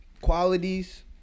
qualities